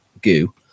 goo